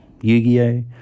Yu-Gi-Oh